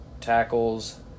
Tackles